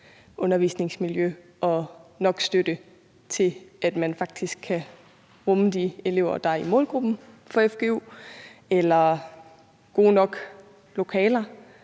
undervisningsmiljø og nok støtte til, at man faktisk kan rumme de elever, der er i målgruppen for fgu, eller gode nok lokaler